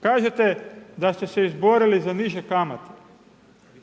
Kažete da ste se izborili za niže kamate.